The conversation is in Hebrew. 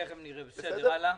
תיכף נראה, הלאה.